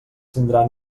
tindran